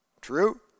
True